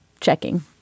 checking